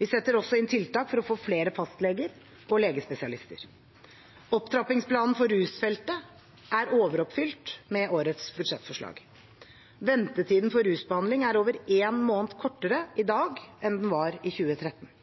Vi setter også inn tiltak for å få flere fastleger og legespesialister. Opptrappingsplanen for rusfeltet er overoppfylt med årets budsjettforslag. Ventetiden for rusbehandling er over en måned kortere i dag enn den var i 2013.